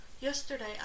Yesterday